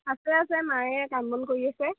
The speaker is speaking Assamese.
আছে আছে মায়ে কাম বন কৰি আছে